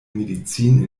medizin